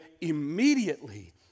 immediately